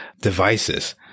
devices